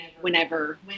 whenever